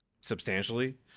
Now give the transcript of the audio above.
substantially